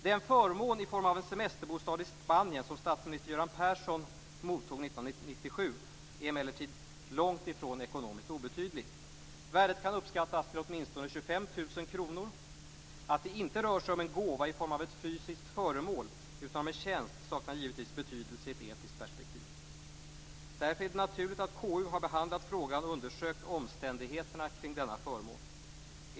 Den förmån i form av semesterbostad i Spanien som statsminister Göran Persson mottog 1997 var emellertid långt ifrån ekonomiskt obetydlig. Värdet kan uppskattas till åtminstone 25 000 kronor. Att det inte rörde sig om en gåva i form av ett fysiskt föremål utan om en tjänst saknar givetvis betydelse i ett etiskt perspektiv. Därför är det naturligt att KU har behandlat frågan och undersökt omständigheterna kring denna förmån.